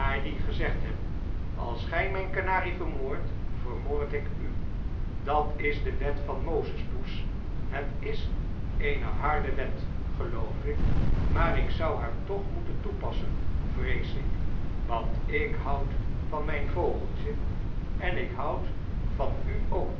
gezegd heb als gij mijn kanarie vermoordt vermoord ik u dat is de wet van mozes poes het is eene harde wet geloof ik maar ik zou haar toch moeten toepassen vrees ik want ik houd van mijn vogeltje en ik houd van u ook